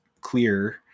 clear